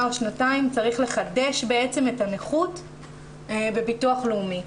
או שנתיים צריך לחדש את הנכות בביטוח לאומי.